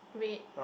red